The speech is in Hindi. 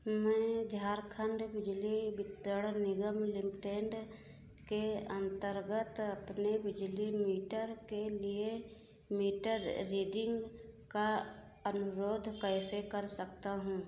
मैं झारखंड बिजली वितरण निगम लिमिटेड के अंतर्गत अपने बिजली मीटर के लिए मीटर रीडिंग का अनुरोध कैसे कर सकता हूँ